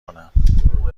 بکنم